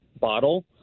bottle